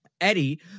Eddie